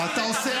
לא תקין